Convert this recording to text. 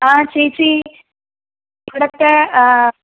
ആ ചേച്ചി ഇവിടുത്തെ